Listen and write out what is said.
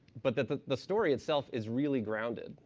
but the the story itself is really grounded.